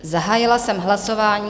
Zahájila jsem hlasování.